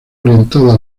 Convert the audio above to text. orientada